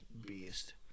beast